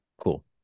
Cool